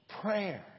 Prayer